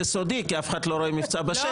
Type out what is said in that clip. זה סודי כי אף אחד לא רואה מבצע בשטח.